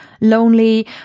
lonely